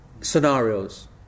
scenarios